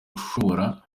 ushobora